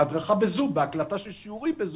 בהדרכה בזום, בהקלטה של שיעורים בזום.